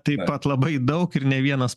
taip pat labai daug ir ne vienas